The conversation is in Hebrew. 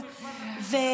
אוקיי.